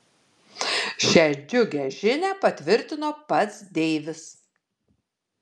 šią džiugią žinią patvirtino pats deivis